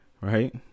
Right